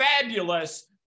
fabulous